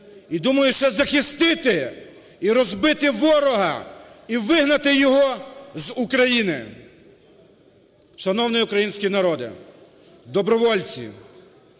і думаю, що захистити і розбити ворога, і вигнати його з України! Шановний український народе, добровольці!